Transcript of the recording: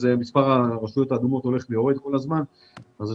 מספר הרשויות האדומות הולך ויורד כל הזמן אז זה